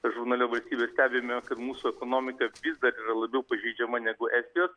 žurnale valstybė stebime kad mūsų ekonomika vis dar yra labiau pažeidžiama negu estijos